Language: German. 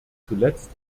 zuletzt